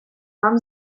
вам